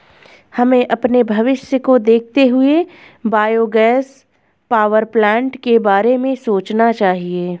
हमें अपने भविष्य को देखते हुए बायोगैस पावरप्लांट के बारे में सोचना चाहिए